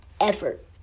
effort